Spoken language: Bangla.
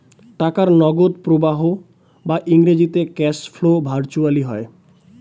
টাকার নগদ প্রবাহ বা ইংরেজিতে ক্যাশ ফ্লো ভার্চুয়ালি হয়